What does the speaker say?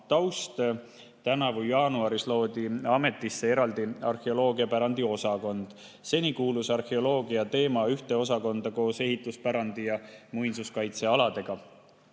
taust. Tänavu jaanuaris loodi ametisse eraldi arheoloogiapärandi osakond. Seni kuulus arheoloogiateema ühte osakonda koos ehituspärandi ja muinsuskaitsealadega.